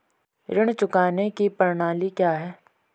ऋण चुकाने की प्रणाली क्या है?